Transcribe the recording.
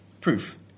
proof